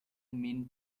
mean